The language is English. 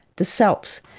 the salps.